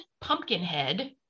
Pumpkinhead